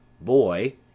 Boy